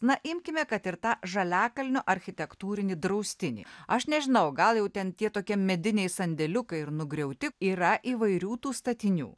na imkime kad ir tą žaliakalnio architektūrinį draustinį aš nežinau gal jau ten tie tokie mediniai sandėliukai ir nugriauti yra įvairių tų statinių